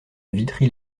witry